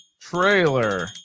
trailer